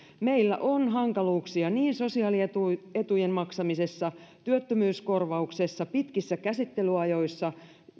meillä on hankaluuksia sosiaalietujen maksamisessa työttömyyskorvauksessa pitkissä käsittelyajoissa